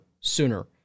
sooner